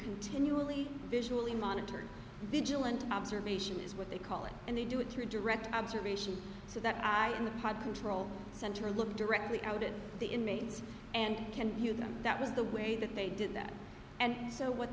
continually visually monitored vigilant observation is what they call it and they do it through direct observation so that i in the control center look directly out at the inmates and can hear them that was the way that they did that and so what